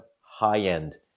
high-end